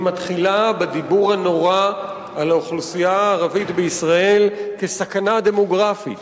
היא מתחילה בדיבור הנורא על האוכלוסייה הערבית בישראל כסכנה דמוגרפית,